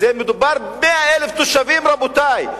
מדובר ב-100,000 תושבים, רבותי.